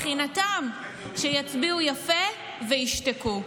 מבחינתם שיצביעו יפה וישתקו.